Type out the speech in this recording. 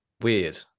weird